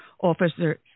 Officer